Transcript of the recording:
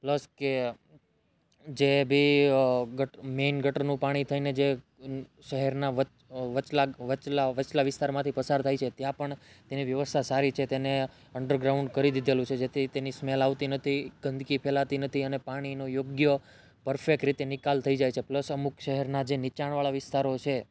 plus કે જે બી મેઈન ગટરનું પાણી થઈને જે શહેરના વચલા વચલા વિસ્તારમાંથી પસાર થઈને ત્યાં પણ પણ તેની વ્યવસ્થા સારી છે તેને અંડરગ્રાઉંડ કરી દીધેલું છે જેથી તેની સ્મેલ આવતી નથી ગંદકી ફેલાતી નથી અને પાણીનો યોગ્ય પરફેક્ટ રીતે નિકાલ થઈ જાય છે પ્લસ અમુક શહેરના જે નીચાણ વાળા વિસ્તાર છે